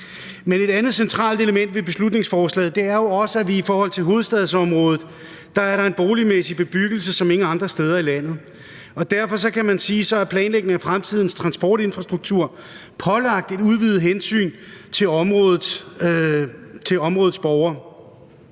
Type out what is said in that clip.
på. Et andet centralt element ved beslutningsforslaget er, at der i forhold til hovedstadsområdet er en boligmæssig bebyggelse som ingen andre steder i landet. Derfor er planlægningen af fremtidens transportinfrastruktur pålagt et udvidet hensyn til områdets borgere.